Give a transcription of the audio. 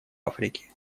африке